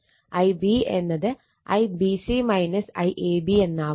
Ib എന്നത് IBC IAB എന്നാവും